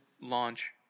launch